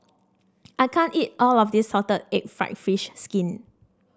I can't eat all of this Salted Egg fried fish skin